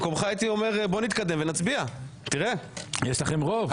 במקומך הייתי אומר בוא נתקדם ונצביע כי יש לכם רוב.